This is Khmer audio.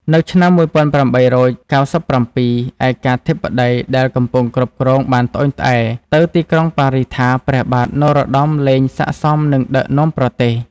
នៅឆ្នាំ ១៨៩៧ ឯកាធិបតីដែលកំពុងគ្រប់គ្រងបានត្អូញត្អែរទៅទីក្រុងប៉ារីសថា ព្រះបាទនរោត្តមលែងសាកសមនឹងដឹកនាំប្រទេស។